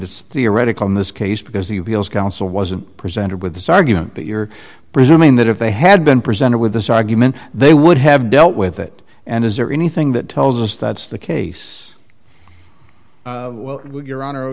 it's theoretical in this case because he feels counsel wasn't presented with this argument but you're presuming that if they had been presented with this argument they would have dealt with it and is there anything that tells us that's the case well your honor